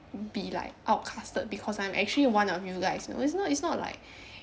be like outcasted because I'm actually one of you guys it's not it's not like